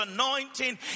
anointing